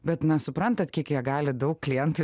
bet na suprantat kiek jie gali daug klientų